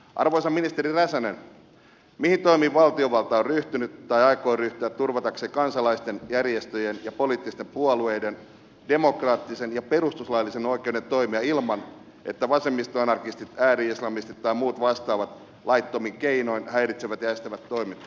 arvoisa ministeri räsänen mihin toimiin valtiovalta on ryhtynyt tai aikoo ryhtyä turvatakseen kansalaisten järjestöjen ja poliittisten puolueiden demokraattisen ja perustuslaillisen oikeuden toimia ilman että vasemmistoanarkistit ääri islamistit tai muut vastaavat laittomin keinoin häiritsevät ja estävät toimintaa